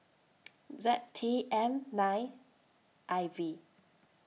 Z T M nine I V